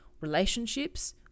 relationships